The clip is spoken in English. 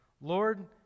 Lord